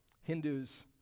Hindus